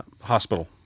hospital